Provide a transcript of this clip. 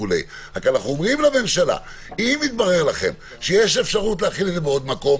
רק אנחנו אומרים לממשלה שאם יתברר לה שיש אפשרות להחיל את זה בעוד מקום,